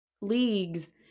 leagues